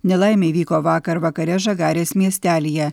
nelaimė įvyko vakar vakare žagarės miestelyje